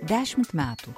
dešimt metų